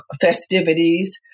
festivities